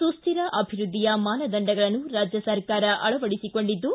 ಸುಶ್ರಿರ ಅಭಿವೃದ್ಧಿಯ ಮಾನದಂಡಗಳನ್ನು ರಾಜ್ಯ ಸರ್ಕಾರ ಅಳವಡಿಸಿಕೊಂಡಿದ್ದು